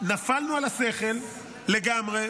נפלנו על השכל לגמרי.